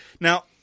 Now